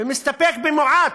ומסתפק במועט,